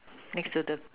next to the